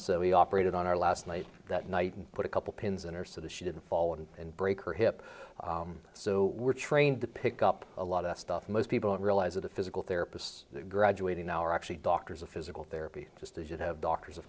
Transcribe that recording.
so we operated on our last night that night and put a couple pins in her so that she didn't fall and break her hip so we're trained to pick up a lot of stuff most people don't realize that the physical therapists graduating now are actually doctors of physical therapy just as you have doctors